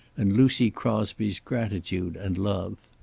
and lucy crosby's gratitude and love.